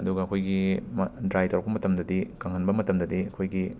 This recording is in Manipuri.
ꯑꯗꯨꯒ ꯑꯩꯈꯣꯏꯒꯤ ꯃ ꯗ꯭ꯔꯥꯏ ꯇꯧꯔꯛꯄ ꯃꯇꯝꯗꯗꯤ ꯀꯪꯍꯟꯕ ꯃꯇꯝꯗꯗꯤ ꯑꯩꯈꯣꯏꯒꯤ